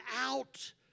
out